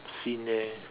scene there